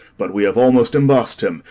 but we have almost emboss'd him.